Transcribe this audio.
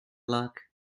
luck